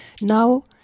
Now